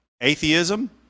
atheism